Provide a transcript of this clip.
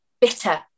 bitter